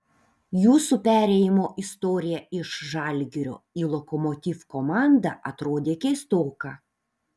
jūsų perėjimo istorija iš žalgirio į lokomotiv komandą atrodė keistoka